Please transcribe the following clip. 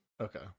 okay